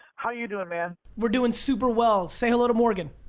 how you doing, man? we're doing super well, say hello to morgan.